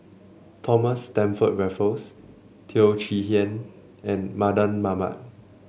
Thomas Stamford Raffles Teo Chee Hean and Mardan Mamat